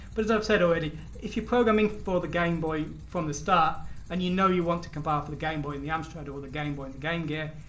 but as i've said already. if you're programming for the gameboy from the start and you know you want to compile for the gameboy in the amstrad, or the gameboy and the game gear.